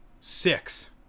six